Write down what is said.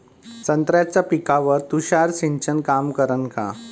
संत्र्याच्या पिकावर तुषार सिंचन काम करन का?